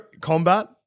combat